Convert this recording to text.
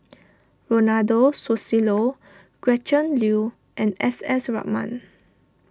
Ronald Susilo Gretchen Liu and S S Ratnam